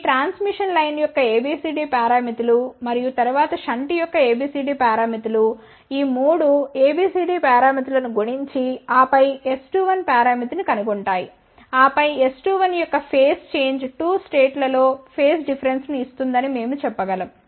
ఈ transmission line యొక్క ABCD పారామితులు మరియు తరువాత షంట్ యొక్క ABCD పారామితులు ఈ మూడు ABCD పారామితులను గుణించి ఆపై S21 పారామితి ని కనుగొంటాయి ఆపై S21 యొక్క ఫేజ్ చేంజ్ 2 స్టేట్స్ లలో ఫేజ్ డిఫరెన్స్ ను ఇస్తుందని మేము చెప్పగలం